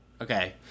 Okay